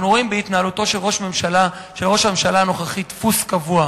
אנחנו רואים בהתנהלותו של ראש הממשלה הנוכחי דפוס קבוע.